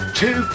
two